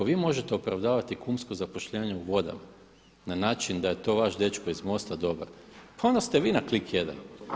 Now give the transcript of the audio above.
I ako vi možete opravdavati kumsko zapošljavanje u vodama na način da je to vaš dečko iz MOST-a dobar, pa onda ste vi na klik jedan.